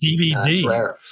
DVD